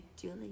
Julie